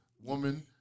woman